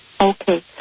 Okay